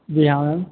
जी हाँ मैम